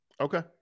Okay